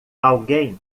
alguém